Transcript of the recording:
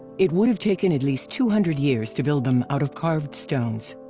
it would have taken at least two hundred years to build them out of carved stones!